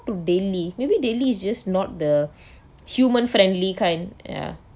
to delhi maybe delhi is just not the human friendly kind ya